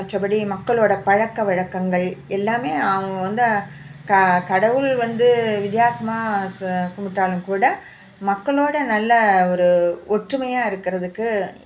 மற்றபடி மக்களோடய பழக்க வழக்கங்கள் எல்லாமே அவங்க வந்து க கடவுள் வந்து வித்தியாசமாக ச கும்பிட்டாலும் கூட மக்களோடய நல்ல ஒரு ஒற்றுமையாக இருக்கிறதுக்கு